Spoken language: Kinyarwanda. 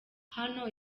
hano